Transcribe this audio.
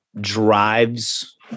drives